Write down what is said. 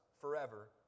forever